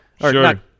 Sure